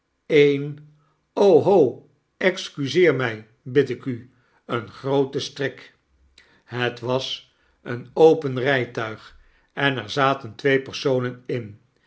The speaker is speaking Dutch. een o ho excuseer my bid ik u een grooten strik i het was een open rijtuig en er zaten twee personen in